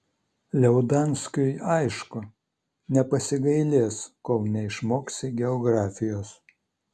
liaudanskiui aišku nepasigailės kol neišmoksi geografijos